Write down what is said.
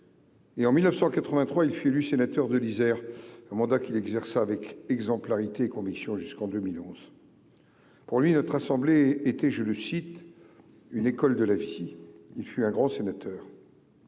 et, en 1983, il fut élu sénateur de l'Isère, mandat qu'il exerça avec exemplarité et conviction jusqu'en 2011. Pour lui, notre assemblée était- je le cite -« une école de la vie ». Il fut un grand sénateur.